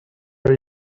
are